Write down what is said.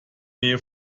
nähe